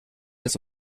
des